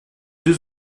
deux